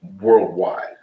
worldwide